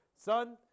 Son